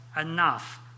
enough